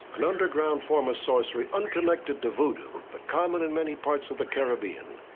an underground form of sorcery unconnected to voodoo, but common in many parts of the caribbean.